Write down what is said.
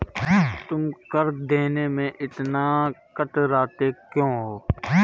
तुम कर देने में इतना कतराते क्यूँ हो?